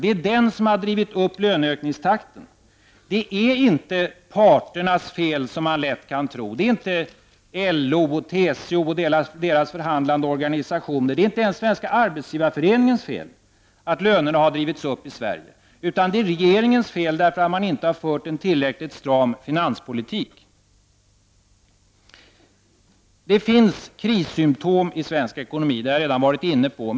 Det är den som drivit upp löneökningstakten. Det är inte parternas fel, som man lätt kan tro. Det är inte LO:s, TCO:s och deras förhandlande organisationers, inte ens Svenska arbetsgivareföreningens fel att lönerna har drivits upp i Sverige. Det är regeringens fel därför att den inte har fört en tillräckligt stram finanspolitik. Det finns krissymptom i svensk ekonomi — jag har redan varit inne på detta.